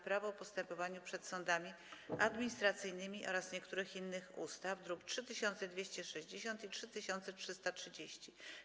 Prawo o postępowaniu przed sądami administracyjnymi oraz niektórych innych ustaw (druki nr 3260 i 3330)